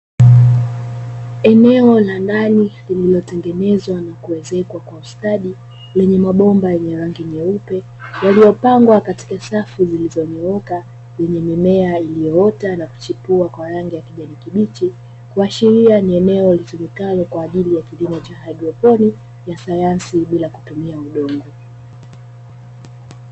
Eneo la ndani lililotengenezwa na kuezekwa kwa ustadi, lenye mabomba yenye rangi nyeupe, yaliyopangwa katika safu zilizonyooka, yenye mimea iliyoota na kuchipua kwa rangi ya kijani kibichi, kuashiria ni eneo linalotumika kwa ajili ya kilimo cha haidroponi, ya sayansi bila kutumia udongo.